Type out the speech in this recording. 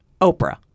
Oprah